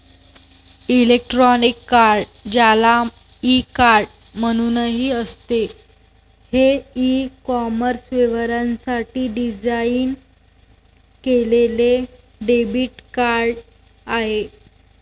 electronic card, ज्याला e card म्हणूनही असते, हे ई कॉमर्स व्यवहारांसाठी डिझाइन केलेले डेबिट कार्ड आहे